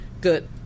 good